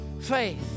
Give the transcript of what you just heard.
Faith